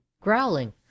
growling